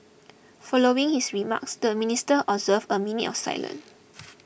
following his remarks the minister observed a minute of silence